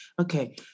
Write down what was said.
okay